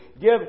Give